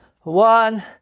one